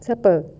siapa